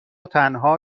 تنها